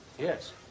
Yes